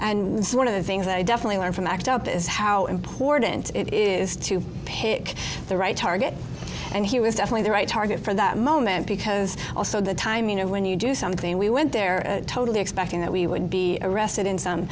and one of the things that i definitely learned from act up is how important it is to pick the right target and he was definitely the right target for the moment because also the time you know when you do something we went there totally expecting that we would be arrested in some